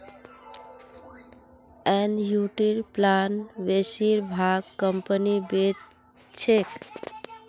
एनयूटीर प्लान बेसिर भाग कंपनी बेच छेक